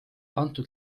antud